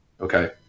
okay